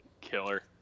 Killer